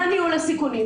מה ניהול הסיכונים?